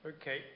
Okay